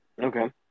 Okay